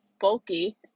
bulky